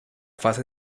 fase